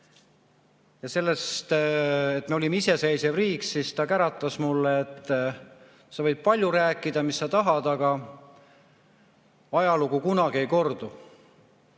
ja sellest, et me olime iseseisev riik, siis ta käratas mulle, et ma võin rääkida, mis ma tahan, aga ajalugu kunagi ei kordu.